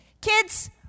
Kids